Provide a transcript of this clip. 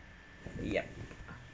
yup